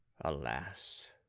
Alas